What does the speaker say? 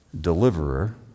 Deliverer